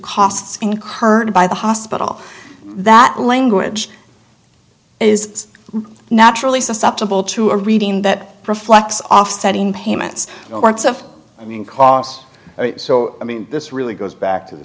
costs incurred by the hospital that language is naturally susceptible to a reading that reflects offsetting payments or works of i mean cost so i mean this really goes back to the